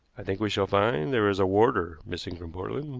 i think we shall find there is a warder missing from portland.